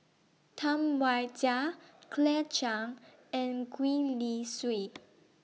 Tam Wai Jia Claire Chiang and Gwee Li Sui